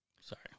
Sorry